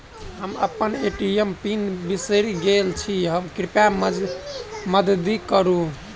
हम अप्पन ATM PIN बिसरि गेल छी कृपया मददि करू